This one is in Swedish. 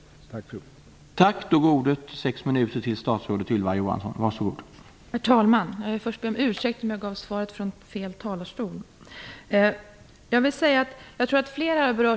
Tack för ordet!